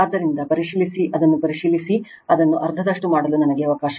ಆದ್ದರಿಂದ ಪರಿಶೀಲಿಸಿ ಅದನ್ನು ಪರಿಶೀಲಿಸಿ ಅದನ್ನು ಅರ್ಧದಷ್ಟು ಮಾಡಲು ನನಗೆ ಅವಕಾಶ ಮಾಡಿಕೊಟ್ಟಿದೆ